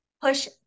push